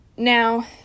Now